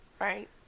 Right